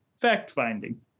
fact-finding